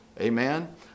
Amen